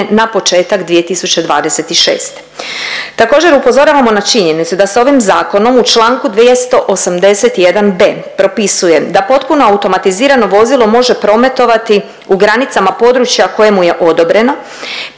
na početak 2026. Također, upozoravamo na činjenicu da se ovim zakonom u Članku 281b. propisuje da potpuno automatizirano vozilo može prometovati u granicama područja koje mu je odobreno.